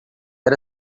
era